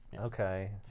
Okay